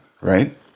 right